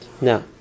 Now